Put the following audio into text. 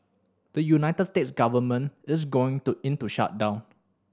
the United States government is going to into shutdown